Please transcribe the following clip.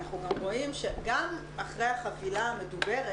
אנחנו גם רואים גם אחרי החבילה המדוברת